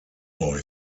boy